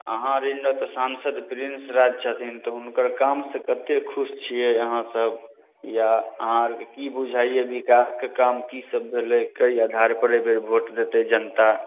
अहाँ ओरि तऽ साँसद प्रिन्स राज छथिन तऽ हुनकर कामसँ कतेक खुश छियै अहाँसब या अहाँ ओरके की बुझाइया विकासके काम की सब भेलै कै आधार पर एहिबेर भोट देतै जनता